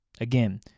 Again